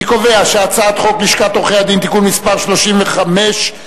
אני קובע שהצעת חוק לשכת עורכי-הדין (תיקון מס' 35),